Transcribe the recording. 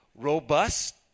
Robust